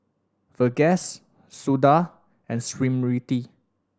Verghese Suda and Smriti